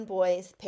Boys